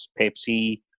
Pepsi